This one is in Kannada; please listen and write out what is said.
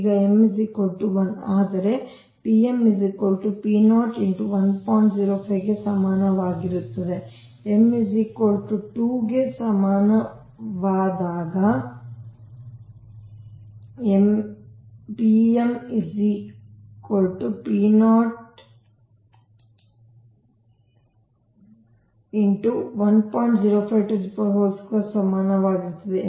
ಈಗ m 1 ಆದರೆ ಗೆ ಸಮಾನವಾಗಿರುತ್ತದೆ m 2 ಗೆ ಸಮಾನವಾದಾಗ ಸಮಾನವಾಗಿರುತ್ತದೆ